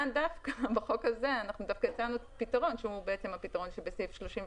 כאן בחוק הזה אנחנו דווקא הצענו פתרון שהוא הפתרון שבסעיף 32,